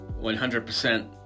100%